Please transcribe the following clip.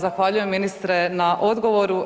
Zahvaljujem ministre na odgovoru.